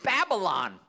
Babylon